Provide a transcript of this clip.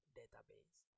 database